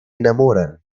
enamoran